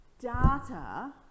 data